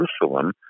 Jerusalem